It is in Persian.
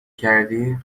کردی